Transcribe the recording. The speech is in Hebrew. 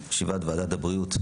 ישיבת ועדת הבריאות.